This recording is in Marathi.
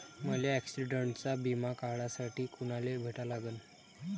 मले ॲक्सिडंटचा बिमा काढासाठी कुनाले भेटा लागन?